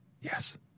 Yes